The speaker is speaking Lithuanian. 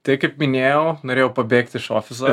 tai kaip minėjau norėjau pabėgt iš ofiso